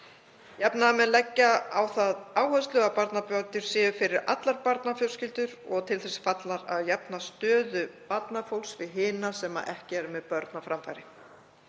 Jafnaðarmenn leggja á það áherslu að barnabætur séu fyrir allar barnafjölskyldur og til þess fallnar að jafna stöðu barnafólks við hina sem ekki eru með börn á framfæri.